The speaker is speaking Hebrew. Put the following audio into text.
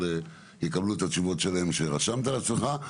אבל יקבלו את התשובות שלהם ושרשמת לעצמך,